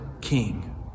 king